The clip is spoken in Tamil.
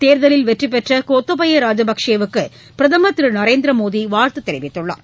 தேர்தலில் வெற்றி பெற்ற கோத்தபய ராஜபக்சேவுக்கு பிரதமர் திரு நரேந்திர மோடிக்கு வாழ்த்து தெரிவித்துள்ளார்